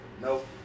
Nope